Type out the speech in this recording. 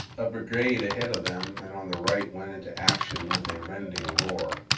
a brigade ahead of them and on the right went into action with a rending roar.